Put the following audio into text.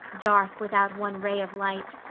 dark without one ray of light,